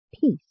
peace